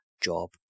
job